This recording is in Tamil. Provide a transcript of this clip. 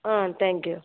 ah thank you